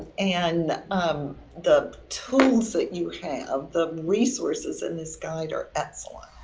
and the tools that you have, the resources in this guide are excellent.